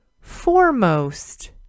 Foremost